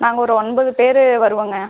நாங்கள் ஒரு ஒன்பது பேர் வருவோங்க